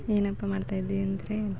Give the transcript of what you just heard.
ಏನಪ್ಪಾ ಮಾಡ್ತಾಯಿದ್ವಿ ಅಂದರೆ